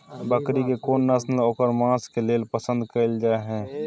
बकरी के कोन नस्ल ओकर मांस के लेल पसंद कैल जाय हय?